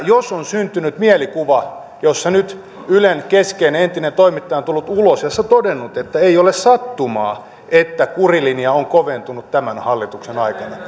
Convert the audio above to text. jos on syntynyt mielikuva jossa nyt ylen keskeinen entinen toimittaja on tullut ulos ja todennut että ei ole sattumaa että kurilinja on koventunut tämän hallituksen aikana